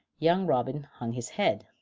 young robin hung his head.